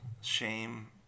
shame